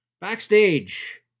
Backstage